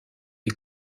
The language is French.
des